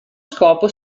scopo